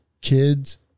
kids